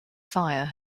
fire